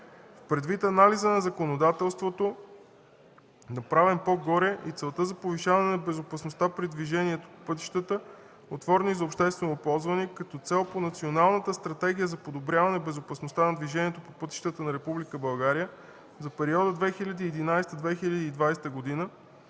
Предвид анализа на законодателството, направен по-горе, и целта за повишаване на безопасността при движението по пътищата, отворени за обществено ползване, като цел по Националната стратегия за подобряване безопасността на движението по пътищата на Република България за периода 2011-2020 г.,